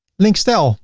links style